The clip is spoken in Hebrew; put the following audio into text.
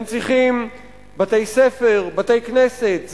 הם צריכים בתי-ספר, בתי-כנסת.